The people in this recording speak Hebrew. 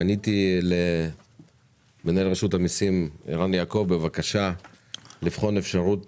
פניתי למנהל רשות המסים ערן יעקב בבקשה לבחון אפשרות